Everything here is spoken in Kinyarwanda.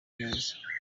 neza